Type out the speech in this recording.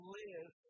live